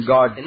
God